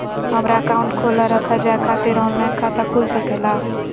हमारा अकाउंट खोला रखा जाए खातिर ऑनलाइन खाता खुल सके ला?